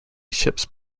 ships